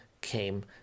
came